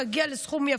זה מגיע לסכום יפה.